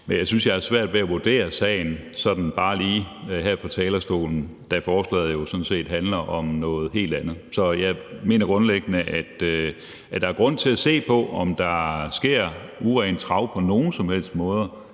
jeg synes, jeg har svært ved at vurdere sagen sådan bare lige her på talerstolen, da forslaget jo sådan set handler om noget helt andet. Så jeg mener grundlæggende, at der er grund til at se på, om der sker urent trav på nogen som helst måde